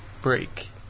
Break